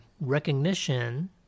recognition